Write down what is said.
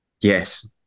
Yes